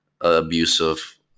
abusive